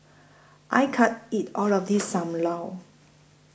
I can't eat All of This SAM Lau